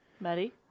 Maddie